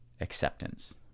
acceptance